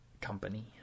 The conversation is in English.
company